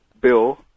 Bill